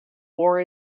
war